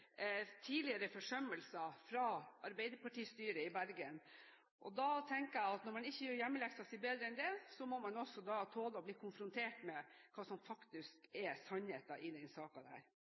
tidligere forsømmelser fra arbeiderpartistyret i Bergen. Da tenker jeg at når man ikke gjør hjemmeleksen sin bedre enn det, må man også tåle å bli konfrontert med hva som faktisk er sannheten i den